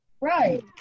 Right